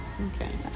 Okay